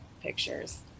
pictures